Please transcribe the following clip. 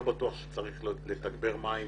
לא בטוח שצריך לתגבר מים